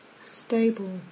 stable